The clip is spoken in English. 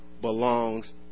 belongs